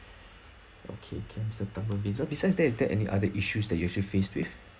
okay can mister tan boon bin besides that is there any other issues that you actually faced with